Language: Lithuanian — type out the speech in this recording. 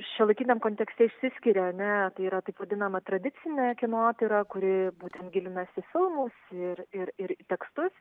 šiuolaikiniam kontekste išsiskiria ar ne tai yra taip vadinama tradicine kinotyra kuri būtent gilinasi į filmus ir ir ir į tekstus